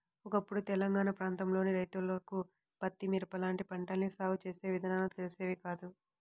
ఒకప్పుడు తెలంగాణా ప్రాంతంలోని రైతన్నలకు పత్తి, మిరప లాంటి పంటల్ని సాగు చేసే విధానాలు తెలిసేవి కాదు